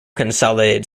consolidated